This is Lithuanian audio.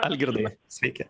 algirdai sveiki